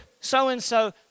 so-and-so